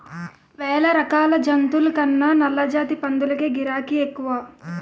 వేలరకాల జాతుల కన్నా నల్లజాతి పందులకే గిరాకే ఎక్కువ